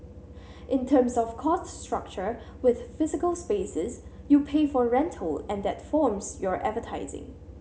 in terms of cost structure with physical spaces you pay for rental and that forms your advertising